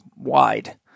wide